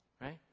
right